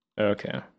Okay